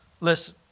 Listen